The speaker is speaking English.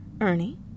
Ernie